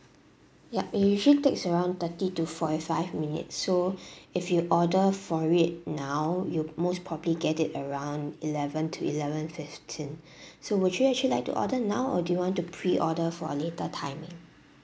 yup it usually takes around thirty to forty five minutes so if you order for it now you most probably get it around eleven to eleven fifteen so would you actually like to order now or do you want to pre-order for a later timing